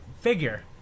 figure